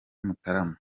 mutarama